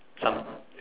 some